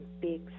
big